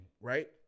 right